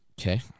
Okay